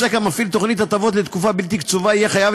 עוסק המפעיל תוכנית הטבות לתקופה בלתי קצובה יהיה חייב